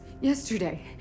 yesterday